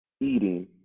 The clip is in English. eating